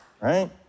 right